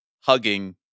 hugging